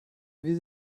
wie